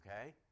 Okay